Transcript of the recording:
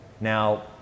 Now